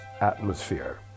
atmosphere